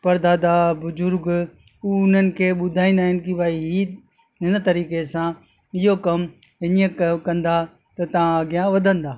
परदादा बुज़ुर्गु हू उन्हनि खे ॿुधाईंदा आहिनि कि भाई ही हिन तरीक़े सां इहो कमु ईअं कयो कंदा त तव्हां अॻियां वधंदा